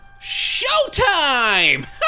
showtime